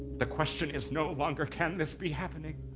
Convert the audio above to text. the question is no longer can this be happening